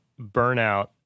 burnout